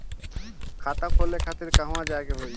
खाता खोले खातिर कहवा जाए के होइ?